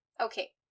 okay